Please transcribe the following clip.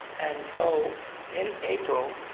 and so in april,